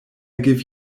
give